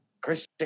Christian